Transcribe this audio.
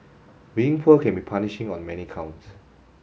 being poor can be punishing on many counts